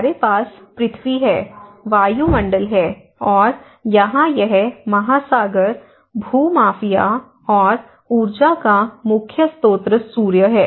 हमारे पास पृथ्वी है वायुमंडल है और यहां यह महासागर भूमाफिया और ऊर्जा का मुख्य स्रोत सूर्य है